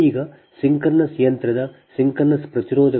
ಈಗ ಸಿಂಕ್ರೊನಸ್ ಯಂತ್ರದ ಸಿಂಕ್ರೊನಸ್ ಪ್ರತಿರೋಧಗಳ ಅನುಕ್ರಮ ಪ್ರತಿರೋಧ